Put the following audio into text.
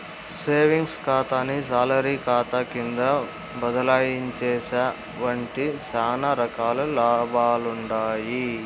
savings కాతాని salary కాతా కింద బదలాయించేశావంటే సానా రకాల లాభాలుండాయి